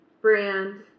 brand